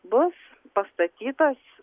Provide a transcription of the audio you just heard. bus pastatytas